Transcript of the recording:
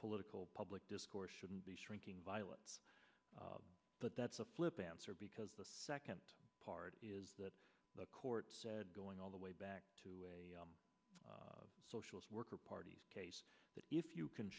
political public discourse shouldn't be shrinking violets but that's a flip answer because the second part is that the court said going all the way back to the social worker parties that if you can